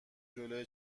جلو